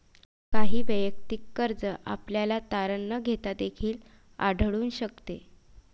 काही वैयक्तिक कर्ज आपल्याला तारण न घेता देखील आढळून शकते